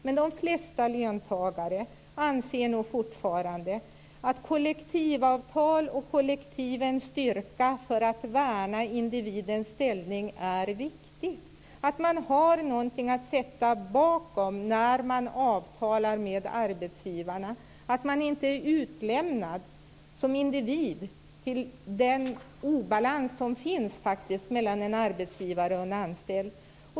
Men de flesta löntagare anser nog fortfarande att kollektivavtalen och kollektivens styrka för att värna individens ställning är viktiga. Det är viktigt att man har något att sätta bakom när man avtalar med arbetsgivarna, och att man inte är utlämnad som individ till den obalans som faktiskt finns mellan en arbetsgivare och en anställd.